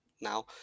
now